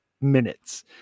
minutes